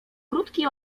krótki